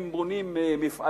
הם בונים מפעלים,